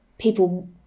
people